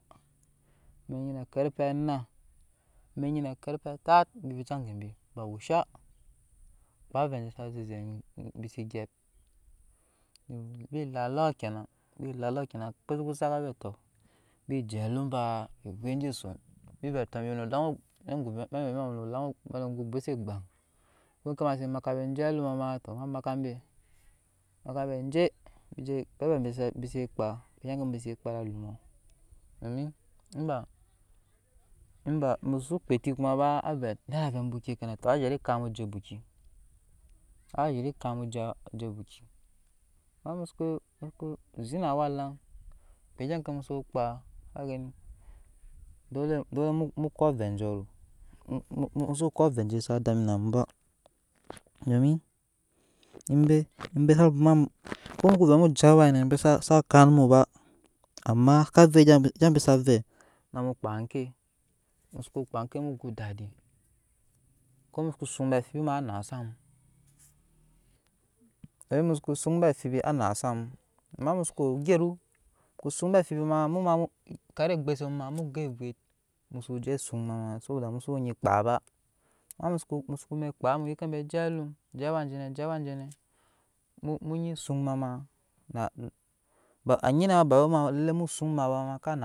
Amɛk nyinɛ kar pɛɛ anna amɛk nyinɛ karpɛɛ atat na bi vica gebi ba wusha kpaa avɛɛ bi ze gyrup nabi lalɔɔ kina kpei suku zat avɛɛ tɔ bije alum baa evet je son bi vɛɛ tɔ ma we ne elaŋ gbuse ma vɛɛ mase go ogbuse gbaŋ ko we ke ma se maka be je allumɔ maa make maka be je bi je kpoo ovɛɛ bi ze kpaa domi inba mukusa kpaa eti ba avɛɛ nada ovɛɛ ebuki amɛkmusu zet na awlaɲ kpei egya ke mu zu kpaa ka geni muko avɛɛ joo be mu so ko aveɛ aje sa dami na ko muo veɛ mu je sa kan mu ba ama saka vei sa vei gya be sa vɛɛ amu kpaa ke mu zuke kpaa enke mu go dadi ko mu soko son be amfibi ma anaa sam ko mu skoson be amfibi anaa sam ama musoko we ogyevo musoko san be amfibisa naa zam ba emu ma eta ogbuse mu mu go evet musu je sonma soboda musoo we onyi zana kpaa ba ama mu sokono kpaa mu yikke be je alumje awajene je aw jene mu ni son mama beanyinɛ ma bawe elemu son man.